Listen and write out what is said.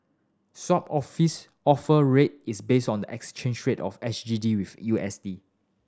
sop office Offer Rate is based on the exchange rate of S G D with U S D